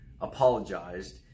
apologized